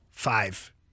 Five